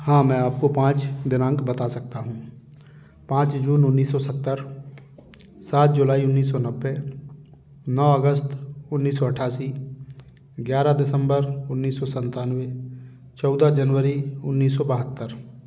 हाँ मैं आप को पाँच दिनांक बता सकता हूँ पाँच जून उन्नीस साु सत्तर सात जुलाई उन्नीस सौ नब्बे नौ अगस्त उन्नीस सौ अट्ठासी ग्यारह दिसंबर उन्नीस सौ सत्तानवे चौदह जनवरी उन्नीस सौ बहत्तर